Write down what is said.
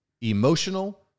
emotional